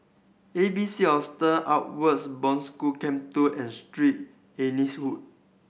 A B C Hostel Outward Bound School Camp Two and Street Anne's Wood